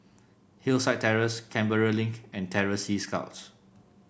Hillside Terrace Canberra Link and Terror Sea Scouts